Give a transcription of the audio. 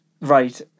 Right